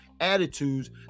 attitudes